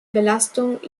belastung